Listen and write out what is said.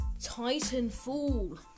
Titanfall